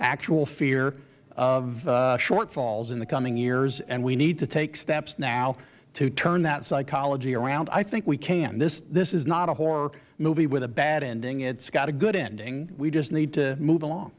actual fear of shortfalls in the coming years and we need to take steps now to turn that psychology around i think we can this is not a horror movie with a bad ending it has got a good ending we just need to move along